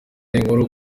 inkuru